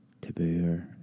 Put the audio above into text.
taboo